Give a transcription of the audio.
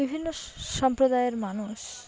বিভিন্ন স সম্প্রদায়ের মানুষ